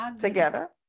together